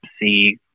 see